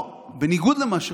בניגוד למה שחושבים.